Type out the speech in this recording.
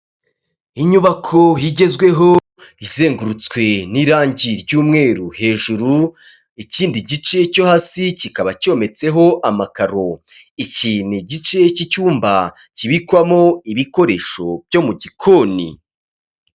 Inyubako igezweho izengurutswe n'irangi ry'umweru hejuru, ikindi gice cyo hasi kikaba cyometseho amakaro, iki ni igice cy'icyumba kibikwamo ibikoresho byo mu gikoni.